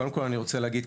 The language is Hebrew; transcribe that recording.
קודם כל אני רוצה להגיד,